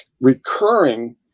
recurring